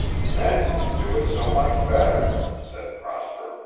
men can do it so much better, said prosper,